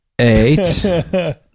eight